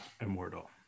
immortal